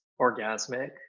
orgasmic